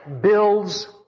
builds